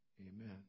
Amen